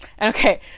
Okay